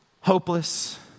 hopeless